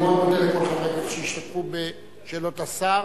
אני מאוד מודה לכל חברי הכנסת שהשתתפו בשאלות השר.